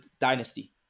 dynasty